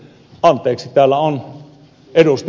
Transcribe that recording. anteeksi täällä on ed